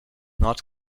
not